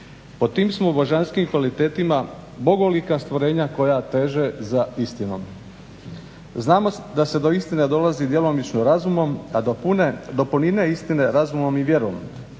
Po tim smo božanskim kvalitetama bogolika stvorenja koja teže za istinom. Znamo da se do istine dolazi djelomično razumom a do punine istine razumom i vjerom.